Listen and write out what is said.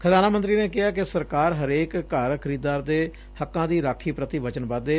ਖਜਾਨਾ ਮੰਤਰੀ ਨੇ ਕਿਹਾ ਕਿ ਸਰਕਾਰ ਹਰੇਕ ਘਰ ਪਰਿਵਾਰ ਦੇ ਹੱਕਾਂ ਦੀ ਰਾਖੀ ਪੁਤੀ ਵਚਨਬੱਧ ਏ